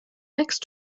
next